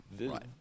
Right